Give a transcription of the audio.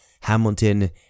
Hamilton